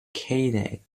caning